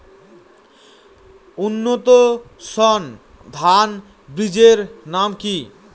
উন্নত সর্ন ধান বীজের নাম কি?